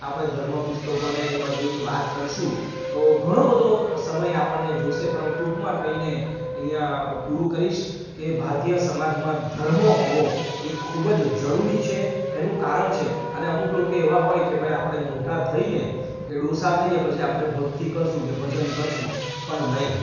આપણે ધર્મ પુસ્તકો અને એ બધીની વાત કરીશું તો ઘણો બધો સમય આપણને જોઈશે તો ટૂંકમાં કહીને અહીંયા પૂરું કરીશ કે ભારતીય સમજમાં ધર્મ હોવો એ ખૂબ જ જરૂરી છે એનું કારણ છે કે અને અમુક લોકો એવા હોય કે ભાઈ આપણે લોકો મોટા થઈને કે ડોસા થઈએ પછી આપણે ભક્તિ કરીશું કે ભજન કરીશું પણ નહીં